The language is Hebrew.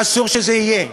ואסור שזה יהיה.